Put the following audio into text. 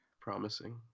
promising